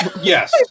Yes